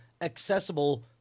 accessible